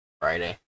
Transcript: Friday